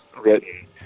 written